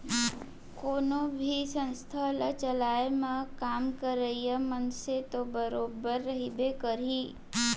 कोनो भी संस्था ल चलाए म काम करइया मनसे तो बरोबर रहिबे करही